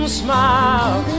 smile